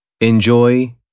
enjoy